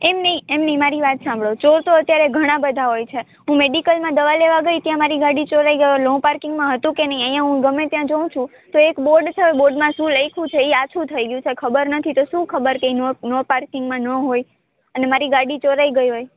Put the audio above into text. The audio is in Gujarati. એમ નહીં એમ નહીં મારી વાત સાંભળો ચોર તો અત્યારે ઘણા બધા હોય છે હું મેડિકલમાં દવા લેવા ગઈ ત્યાં મારી ગાડી ચોરાઈ ગઈ હવે નો પાર્કિંગમાં હતું કે નહીં અહીંયા હું ગમે ત્યાં જોઉં છું તો એક બોર્ડ છે હવે બોર્ડમાં શું લખ્યું છે એ આછું થઈ ગયું છે ખબર નથી તો શું ખબર કે એ નો નો પાર્કિંગમાં ન હોય અને મારી ગાડી ચોરાઇ ગઈ હોય